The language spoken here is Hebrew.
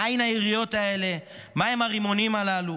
מאין היריות האלה, מהם הרימונים הללו.